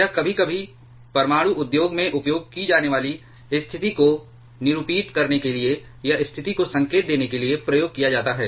यह कभी कभी परमाणु उद्योग में उपयोग की जाने वाली स्थिति को निरूपित करने के लिए या स्थिति को संकेत देने के लिए प्रयोग किया जाता है